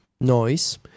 noise